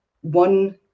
one